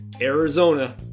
Arizona